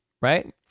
right